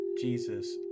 Jesus